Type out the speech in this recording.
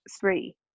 three